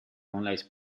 online